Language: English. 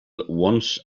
once